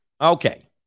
Okay